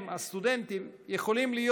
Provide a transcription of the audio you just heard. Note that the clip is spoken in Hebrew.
הם, הסטודנטים, יכולים להיות